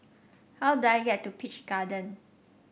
how do I get to Peach Garden